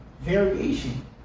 variation